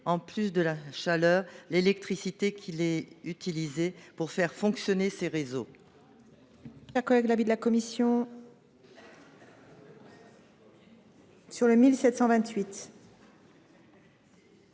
en plus de la chaleur, l’électricité utilisée pour faire fonctionner ces réseaux.